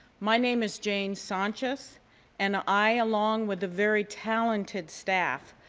my name is jane sanchez and i, along with the very talented staff,